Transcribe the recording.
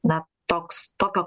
na toks tokio